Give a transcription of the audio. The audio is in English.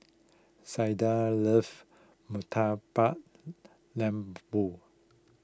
Zaiden loves Murtabak Lembu